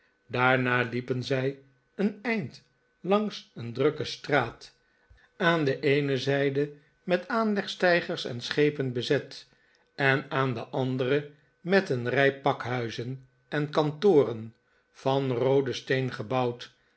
daarna liepen zij een eind langs een drukke straat aan de eene zijde met aanlegsteigers en schepen bezet en aan de andere met een rij pakhuizen en kantoren van rooden steen gebouwd